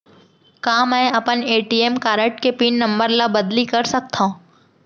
का मैं अपन ए.टी.एम कारड के पिन नम्बर ल बदली कर सकथव?